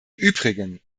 übrigen